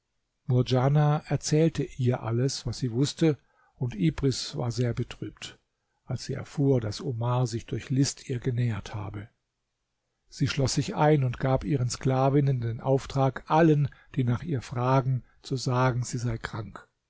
murdjana erzählte ihr alles was sie wußte und ibris war sehr betrübt als sie erfuhr daß omar sich durch list ihr genähert habe sie schloß sich ein und gab ihren sklavinnen den auftrag allen die nach ihr fragen zu sagen sie sei krank